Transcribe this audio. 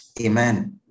Amen